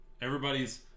everybody's